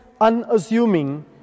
unassuming